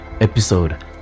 episode